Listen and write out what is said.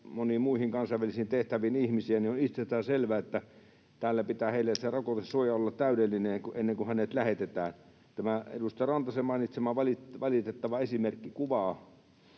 moniin muihin kansainvälisiin tehtäviin ihmisiä, niin on itsestään selvää, että täällä pitää heille sen rokotesuojan olla täydellinen, ennen kuin heidät lähetetään. Tämä edustaja Rantasen mainitsema valitettava esimerkki kuvaa